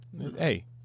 Hey